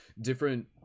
different